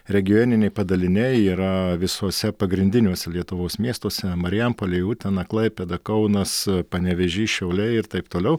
regioniniai padaliniai yra visuose pagrindiniuose lietuvos miestuose marijampolėj utena klaipėda kaunas panevėžys šiauliai ir taip toliau